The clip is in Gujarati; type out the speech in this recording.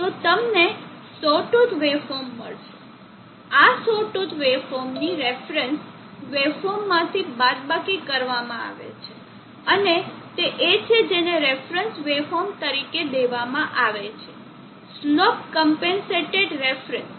તો તમને સૌટુથ વેવફોર્મ મળશે આ સૌટુથ વેવફોર્મ ની રેફરન્સ વેવફોર્મ માંથી બાદબાકી કરવામાં આવે છે અને તે એ છે જેને રેફરન્સ વેવફોર્મ તરીકે દેવામાં આવે છે સ્લોપ ક્મ્પેન્સેટેડ રેફરન્સ